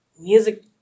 music